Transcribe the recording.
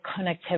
connectivity